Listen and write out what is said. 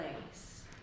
place